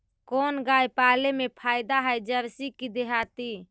कोन गाय पाले मे फायदा है जरसी कि देहाती?